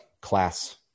class